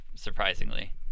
Surprisingly